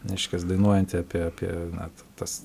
reiškias dainuojantį apie apie na tas